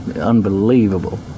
Unbelievable